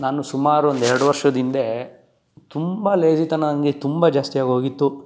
ನಾನು ಸುಮಾರು ಒಂದು ಎರಡು ವರ್ಷದ ಹಿಂದೆ ತುಂಬ ಲೇಜಿತನ ನನಗೆ ತುಂಬ ಜಾಸ್ತಿ ಆಗೋಗಿತ್ತು